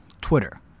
Twitter